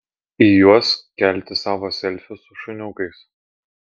į juos kelti savo selfius su šuniukais